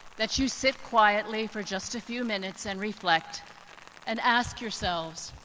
that you sit quietly for just a few minutes and reflect and ask yourselves,